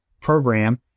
program